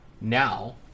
now